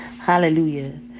Hallelujah